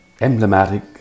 emblematic